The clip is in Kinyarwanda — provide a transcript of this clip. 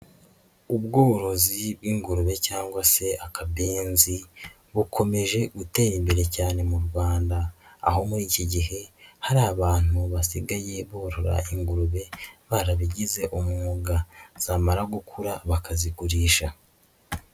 Ubworozi bw'ingurube cyangwa se akabenzi, bukomeje gutera imbere cyane mu Rwanda, aho muri iki gihe hari abantu basigaye borora ingurube barabigize umwuga, zamara gukura bakazigurisha.